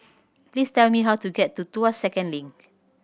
please tell me how to get to Tuas Second Link